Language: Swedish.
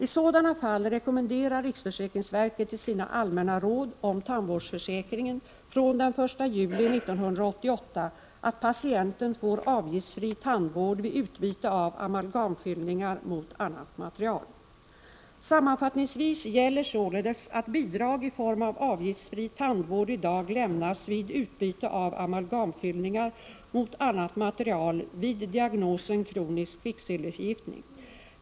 I sådana fall rekommenderar riksförsäkringsverket i sina allmänna råd om tandvårdsförsäkringen från den 1 juli 1988 att patienten får avgiftsfri tandvård vid utbyte av amalgamfyllningar mot annat material. Sammanfattningsvis gäller således att bidrag i form av avgiftsfri tandvård i dag lämnas vid utbyte av amalgamfyllningar mot annat material vid diagnosen kronisk kvicksilverförgiftning.